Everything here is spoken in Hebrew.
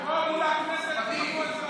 חבריי חברי הכנסת.